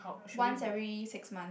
once every six month